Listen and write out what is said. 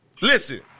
Listen